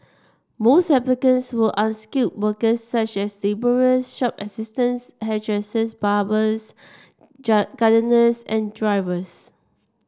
most applicants were unskilled worker such as labourer shop assistants hairdressers barbers gardeners and drivers